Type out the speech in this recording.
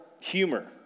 humor